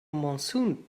monsoon